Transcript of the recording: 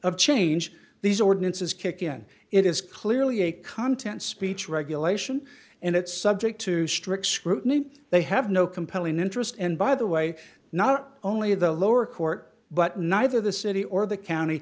of change these ordinances kick in it is clearly a content speech regulation and it's subject to strict scrutiny they have no compelling interest and by the way not only the lower court but neither the city or the county